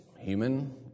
Human